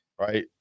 right